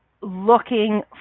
looking